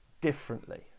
differently